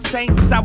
Saints